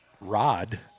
rod